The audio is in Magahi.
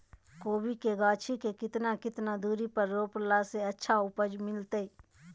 कोबी के गाछी के कितना कितना दूरी पर रोपला से अच्छा उपज मिलतैय?